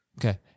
Okay